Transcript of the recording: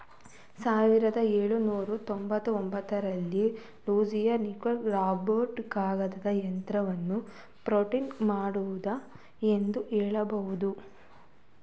ಸಾವಿರದ ಎಳುನೂರ ತೊಂಬತ್ತಒಂಬತ್ತ ರಲ್ಲಿ ಲೂಸಿಯಾ ನಿಕೋಲಸ್ ರಾಬರ್ಟ್ ಕಾಗದದ ಯಂತ್ರವನ್ನ ಪೇಟೆಂಟ್ ಮಾಡಿದ್ರು ಎಂದು ಹೇಳಬಹುದು